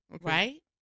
right